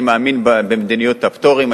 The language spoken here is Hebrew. אני מאמין במדיניות הפטורים.